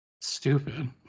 stupid